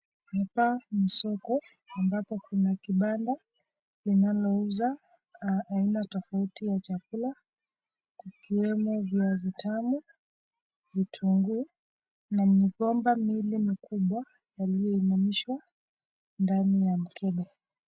Hapa ni soko ambapo kuna kibanda kinachouza aina tofauti ya chakula, kikiwemo viazi tamu, vitunguu, na miyumbamba miwili mikubwa iliyoinamishwa ndani ya mkebe.